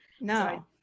No